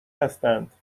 هستند